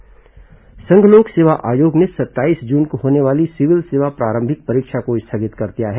परीक्षा कार्यक्रम संघ लोक सेवा आयोग ने सत्ताईस जून को होने वाली सिविल सेवा प्रारंभिक परीक्षा को स्थगित कर दिया है